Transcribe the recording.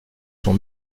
sont